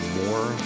more